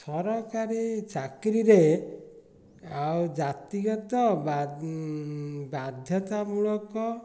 ସରକାରୀ ଚାକିରୀରେ ଆଉ ଜାତିଗତ ବାଧ୍ୟତାମୂଳକ